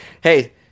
hey